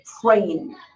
praying